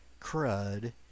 crud